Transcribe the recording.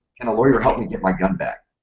can a lawyer help me get my gun back?